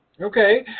Okay